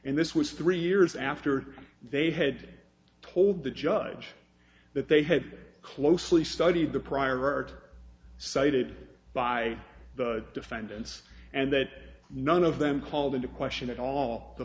this was three years after they had told the judge that they had closely studied the prior art cited by the defendants and that none of them called into question at all the